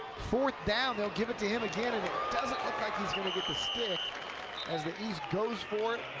fourth down, they will give it to him again, and it doesn't look like he's going to get the stick a. the east goes for it.